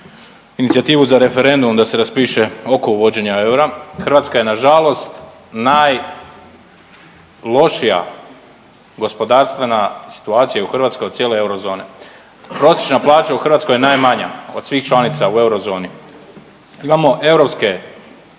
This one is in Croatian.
inicijativu za referendum da se raspiše oko uvođenja eura. Hrvatska je nažalost najlošija gospodarstvena situacija u Hrvatskoj u cijeloj eurozoni. Prosječna plaća u Hrvatskoj je najmanja od svih članica u eurozoni. Imamo europske